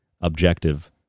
objective